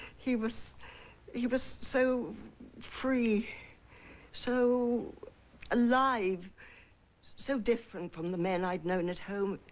he was he was so free so alive so different from the men i'd known at home.